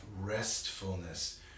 restfulness